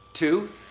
Two